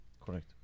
Correct